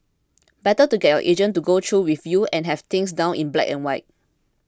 better to get your agent to go through with you and have things down in black and white